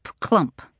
clump